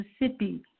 Mississippi